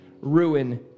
ruin